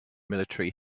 military